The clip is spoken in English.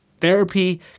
Therapy